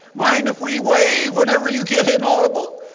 mind if we wave whenever you get inaudible?